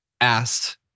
asked